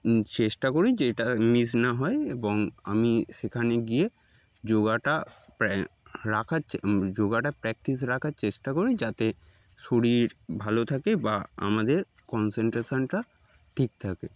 চেষ্টা করি যে এটা মিস না হয় এবং আমি সেখানে গিয়ে যোগাটা রাখার যোগাটা প্র্যাকটিস রাখার চেষ্টা করি যাতে শরীর ভালো থাকে বা আমাদের কনসেনট্রেশানটা ঠিক থাকে